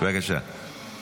בבקשה.